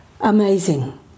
Amazing